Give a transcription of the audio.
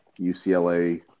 UCLA